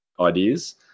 ideas